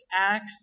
acts